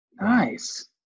nice